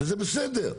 וזה בסדר.